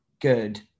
good